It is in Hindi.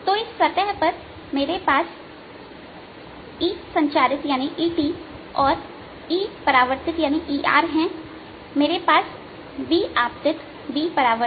EI ERET तो इस सतह पर मेरे पास ETऔर ERहै और मेरे पास BIBRऔर BTहै